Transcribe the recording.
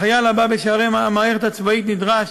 החייל הבא בשערי המערכת הצבאית נדרש